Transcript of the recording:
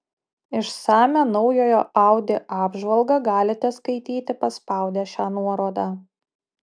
išsamią naujojo audi apžvalgą galite skaityti paspaudę šią nuorodą